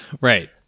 Right